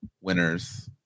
winners